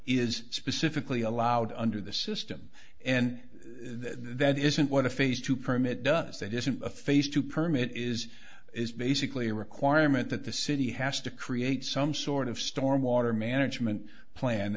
is specifically allowed under the system and that isn't what the phase two permit does that isn't a face to permit is is basically a requirement that the city has to create some sort of storm water management plan